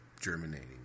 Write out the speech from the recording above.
germinating